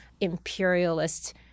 imperialist